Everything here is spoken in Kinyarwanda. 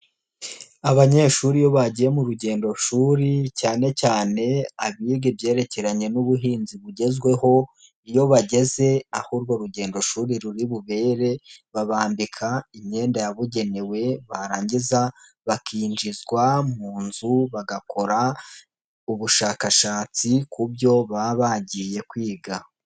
Abanyeshuri iyo bagiye mu rugendoshuri cyane cyane abiga ibyerekeranye n'ubuhinzi bugezweho iyo bageze aho urwo rugendo shuri ruri bubere babambika imyenda yabugenewe barangiza bakinjizwa mu nzu bagakora ubushakashatsi ku byo baba bagiye kwiga.